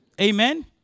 Amen